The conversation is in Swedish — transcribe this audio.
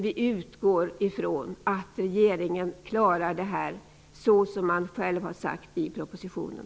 Vi utgår emellertid ifrån att regeringen klarar det här såsom man själv har sagt i propositionen.